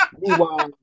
Meanwhile